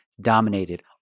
dominated